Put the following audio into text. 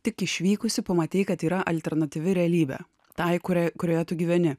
tik išvykusi pamatei kad yra alternatyvi realybė tai kuri kurioje tu gyveni